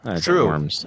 True